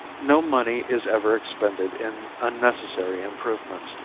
no money is ever expended in unnecessary improvements,